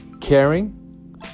caring